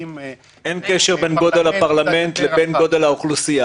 זקוקים --- אין קשר בין גודל הפרלמנט לבין גודל האוכלוסייה.